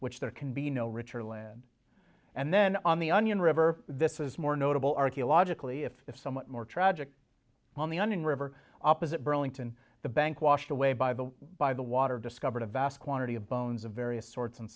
which there can be no richer land and then on the onion river this is more notable archaeologically if somewhat more tragic on the onion river opposite burlington the bank washed away by the by the water discovered a vast quantity of bones of various sorts and